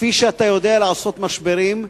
כפי שאתה יודע לעשות משברים,